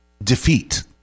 defeat